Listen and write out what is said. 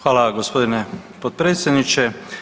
Hvala gospodine potpredsjedniče.